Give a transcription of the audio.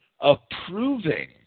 approving